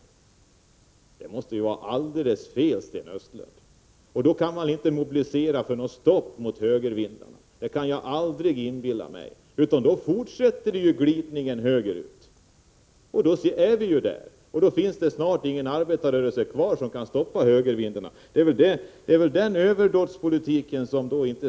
Det måste ju vara alldeles fel, Sten Östlund. Jag kan heller aldrig föreställa mig att man under sådana förhållanden skall kunna mobilisera för att stoppa högervindarna. I stället kommer glidningen högerut att fortsätta, och då finns det snart ingen arbetarrörelse kvar som skulle kunna stoppa högervindarna.